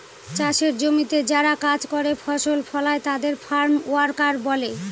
চাষের জমিতে যারা কাজ করে ফসল ফলায় তাদের ফার্ম ওয়ার্কার বলে